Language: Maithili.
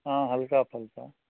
हँ हल्का फल्का